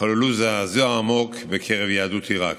חוללו זעזוע עמוק בקרב יהדות עיראק.